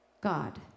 God